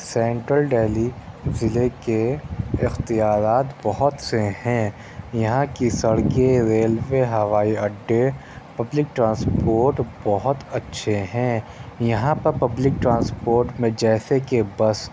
central Delhi ضلعے کے اختیارات بہت سے ہیں یہاں کی سڑکیں ریلوے ہوائی اڈے پبلِک ٹرانسپورٹ بہت اچھے ہیں یہاں پر پبلک ٹرانسپورٹ میں جیسے کہ بس